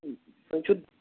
تۅہہِ چھُ